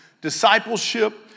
discipleship